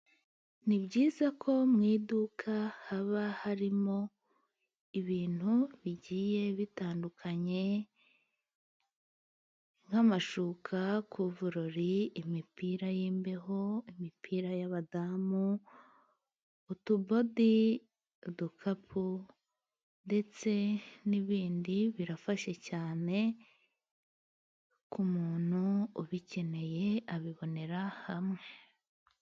Ni byiza ko mu iduka haba harimo ibintu bigiye bitandukanye. Nk'amashuka, kuvurori, imipira y'imbeho, imipira y'abadamu, utubodi, udukapu, ndetse n'ibindi. Birafasha cyane ku muntu ubikeneye abibonera hamwe.